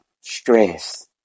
stress